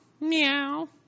meow